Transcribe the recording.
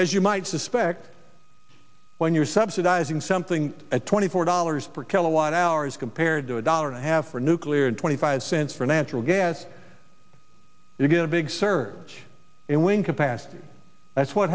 as you might suspect when you're subsidizing something at twenty four dollars per kilowatt hours compared to a dollar and a half for nuclear and twenty five cents for natural gas you get a big surge and when capacity that's what